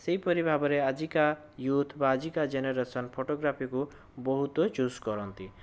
ସେହିପରି ଭାବରେ ଆଜିକା ୟୁଥ୍ ବା ଆଜିକା ଜେନେରେସନ ଫଟୋଗ୍ରାଫିକୁ ବହୁତ ଚୁଜ୍ କରନ୍ତି